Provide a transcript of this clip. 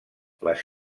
les